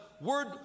word